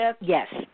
Yes